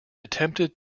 attempted